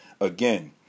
again